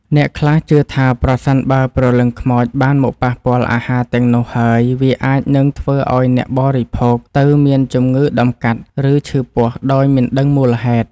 អ្នកខ្លះជឿថាប្រសិនបើព្រលឹងខ្មោចបានមកប៉ះពាល់អាហារទាំងនោះហើយវាអាចនឹងធ្វើឱ្យអ្នកបរិភោគទៅមានជំងឺតម្កាត់ ឬឈឺពោះដោយមិនដឹងមូលហេតុ។